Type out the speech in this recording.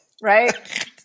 right